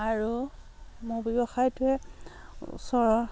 আৰু মোৰ ব্যৱসায়টোৱে ওচৰৰ